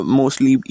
mostly